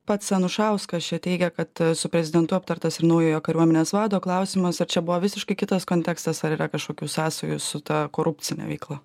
pats anušauskas čia teigia kad su prezidentu aptartas ir naujojo kariuomenės vado klausimas ar čia buvo visiškai kitas kontekstas ar yra kažkokių sąsajų su ta korupcine veikla